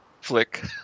flick